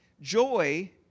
Joy